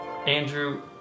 Andrew